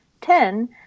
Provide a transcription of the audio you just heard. ten